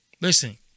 Listen